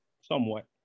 somewhat